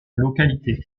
localité